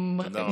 תודה רבה.